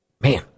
Man